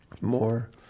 more